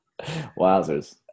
Wowzers